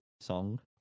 song